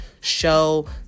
show